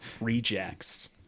rejects